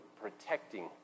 protecting